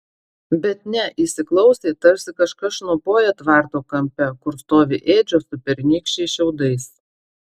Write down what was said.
bet ne įsiklausė tarsi kažkas šnopuoja tvarto kampe kur stovi ėdžios su pernykščiais šiaudais